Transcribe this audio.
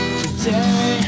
today